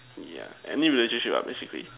yeah any relationship ah basically